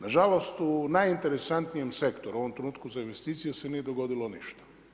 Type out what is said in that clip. Nažalost u najinteresantnijem sektoru, u ovom trenutku za investicije se nije dogodilo ništa.